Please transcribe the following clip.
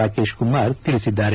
ರಾಕೇಶ್ ಕುಮಾರ್ ತಿಳಿಸಿದ್ದಾರೆ